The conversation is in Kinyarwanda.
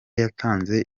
yatanze